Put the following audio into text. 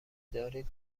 دارید